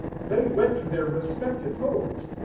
they went to their respective homes.